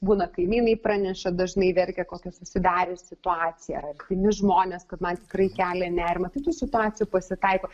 būna kaimynai praneša dažnai verkia kokia susidarė situacija ar artimi žmonės kad man tikrai kelia nerimą tai tų situacijų pasitaiko